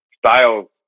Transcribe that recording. styles